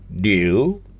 deal